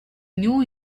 new